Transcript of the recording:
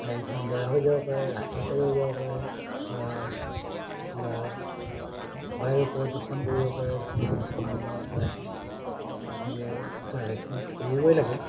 গাড়ীখন বেয়া হৈ যাব পাৰে ৰাস্তাতে ৰৈ যাব পাৰে বা কিবা বায়ু প্ৰদূষণ কৰিব পাৰে ধোঁৱা চোৱা ওলাব পাৰে গতিকে ছাৰ্ভিচিংটো কৰিবই লাগে